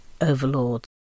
overlords